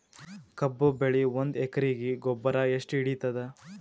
ಕಬ್ಬು ಬೆಳಿ ಒಂದ್ ಎಕರಿಗಿ ಗೊಬ್ಬರ ಎಷ್ಟು ಹಿಡೀತದ?